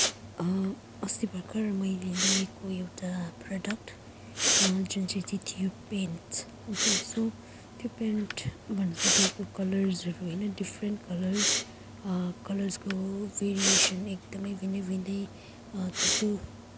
अस्ति भर्खरै मैले लिएको एउटा प्रडक्ट र जुन चाहिँ थियो पेन्ट ओके सो त्यो पेन्ट भनेर दिएको कलर्सहरू होइन डिफरेन्ट कलर्स कलर्सको भेरिएसन् एकदमै भिन्दै भिन्दै थुप्रो